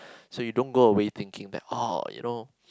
so you don't go away thinking that oh you know